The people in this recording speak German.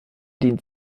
dient